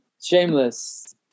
Shameless